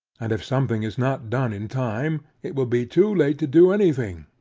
and if something is not done in time, it will be too late to do any thing,